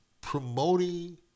promoting